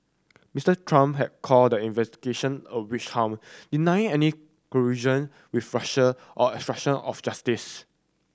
Mister Trump has called the investigation a witch hunt denying any collusion with Russia or obstruction of justice